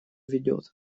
ведет